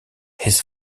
his